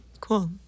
cool